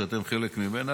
שאתם חלק ממנה,